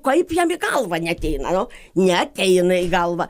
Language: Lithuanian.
kaip jam į galvą neateina nu neateina į galvą